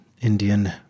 Indian